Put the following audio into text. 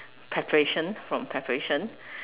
preparation from preparation